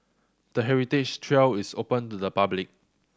the heritage trail is open to the public